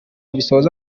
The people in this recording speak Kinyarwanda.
bisoza